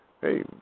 hey